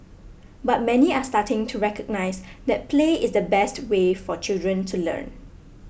but many are starting to recognise that play is the best way for children to learn